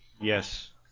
yes